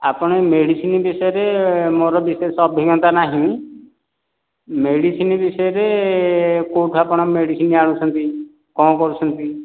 ଆପଣ ମେଡ଼ିସିନ୍ ବିଷୟରେ ମୋର ବିଶେଷ ଅଭିଜ୍ଞାତା ନାହିଁ ମେଡ଼ିସିନ୍ ବିଷୟରେ କେଉଁଠୁ ଆପଣ ମେଡ଼ିସିନ୍ ଆଣୁଛନ୍ତି କ'ଣ କରୁଛନ୍ତି